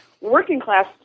Working-class